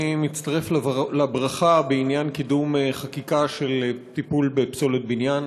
אני מצטרף לברכה בעניין קידום חקיקה לטיפול בפסולת בניין.